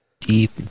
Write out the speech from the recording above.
deep